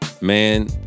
Man